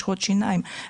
משחות שיניים,